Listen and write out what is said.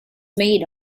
made